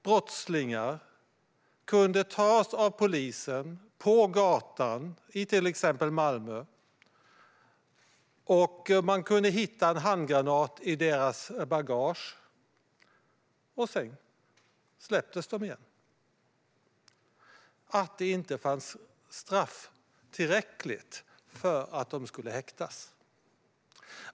Brottslingar kunde tas av polisen på gatan i till exempel Malmö och man kunde hitta en handgranat i deras bagage, men sedan släpptes de igen. Det var inte tillräckligt högt straffvärde för att de skulle häktas.